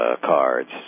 cards